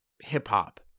hip-hop